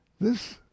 This